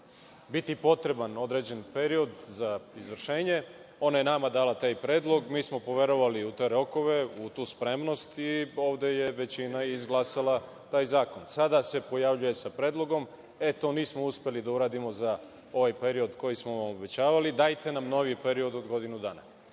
biti potreban određen period za izvršenje? Ona je nama dala taj predlog. Mi smo poverovali u te rokove, u tu spremnost i ovde je većina izglasala taj zakon. sada se pojavljuje sa predlogom – eto, nismo uspeli da uradimo za ovaj period koji smo vam obećavali, dajte nam novi period od godinu dana. Šta